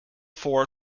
four